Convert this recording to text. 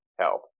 help